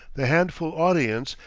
the handful audience,